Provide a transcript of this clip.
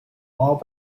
all